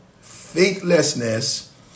Faithlessness